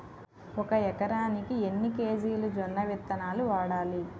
ఒక ఎకరానికి ఎన్ని కేజీలు జొన్నవిత్తనాలు వాడాలి?